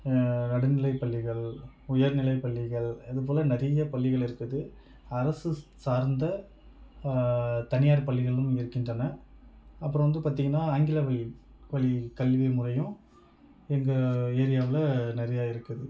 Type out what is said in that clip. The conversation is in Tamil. நடுநிலைப்பள்ளிகள் உயர்நிலைப்பள்ளிகள் அதுபோல் நிறைய பள்ளிகள் இருக்குது அரசு சார்ந்த தனியார் பள்ளிகளும் இருக்கின்றன அப்புறம் வந்து பார்த்திங்கன்னா ஆங்கில வழி வழி கல்வி முறையும் எங்கள் ஏரியாவுல நிறையா இருக்குது